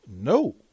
No